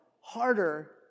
harder